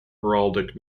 heraldic